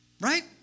Right